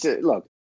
Look